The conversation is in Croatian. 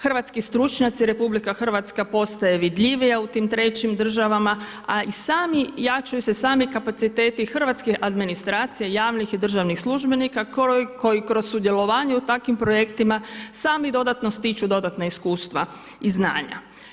Hrvatski stručnjaci, RH vidljivija u tim trećim državama a i sami, jačaju se sami kapaciteti hrvatske administracije, javnih i državnih službenika koji kroz sudjelovanje u takvim projektima, sami dodatno stiču dodatna iskustva i znanja.